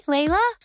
Layla